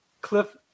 Cliff